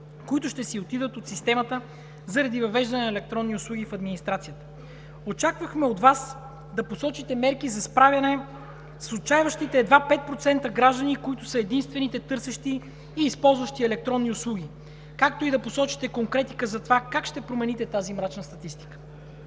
които ще си отидат от системата заради въвеждане на електронни услуги в администрацията. Очаквахме от Вас да посочите мерки за справяне с отчайващите едва 5% граждани, които са единствените търсещи и използващи електронни услуги, както и да посочите конкретика за това как ще промените тази мрачна статистика.